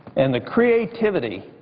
and the creativity